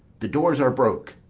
the doors are broke.